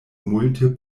multe